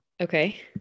Okay